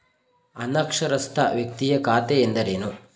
ಅನಕ್ಷರಸ್ಥ ವ್ಯಕ್ತಿಯ ಖಾತೆ ಎಂದರೇನು?